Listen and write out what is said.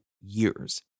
years